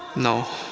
no.